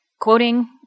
quoting